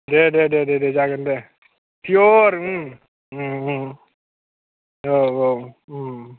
दे दे दे दे जागोन दे पिय'र औ औ